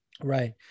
Right